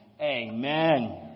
Amen